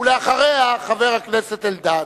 ואחריה, חבר הכנסת אלדד.